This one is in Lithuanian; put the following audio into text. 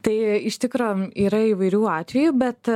tai iš tikro yra įvairių atvejų bet